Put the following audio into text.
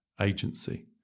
agency